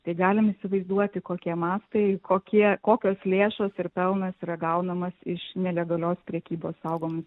tai galim įsivaizduoti kokie mastai kokie kokios lėšos ir pelnas yra gaunamas iš nelegalios prekybos saugomų